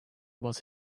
was